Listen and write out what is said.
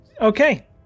Okay